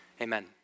amen